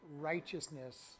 righteousness